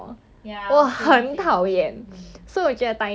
ya nobody 会看一下 cause you can't really see their face